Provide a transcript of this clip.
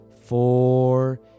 Four